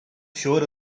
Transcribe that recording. sure